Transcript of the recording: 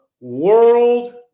World